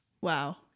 Wow